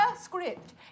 script